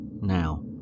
Now